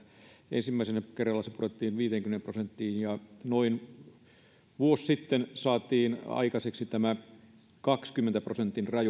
ensimmäisellä kerralla se pudotettiin viiteenkymmeneen prosenttiin ja noin vuosi sitten saatiin aikaiseksi tämä kahdenkymmenen prosentin